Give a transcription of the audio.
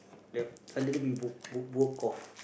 then suddenly we broke broke broke off